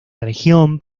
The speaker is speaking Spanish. región